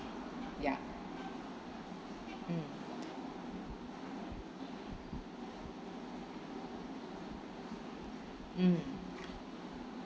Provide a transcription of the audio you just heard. ya mm mm